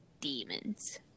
demons